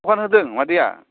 दखान होदों मादैया